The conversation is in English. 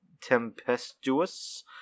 Tempestuous